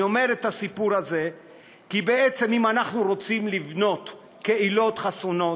אני מספר את הסיפור הזה כי בעצם אם אנחנו רוצים לבנות קהילות חסונות,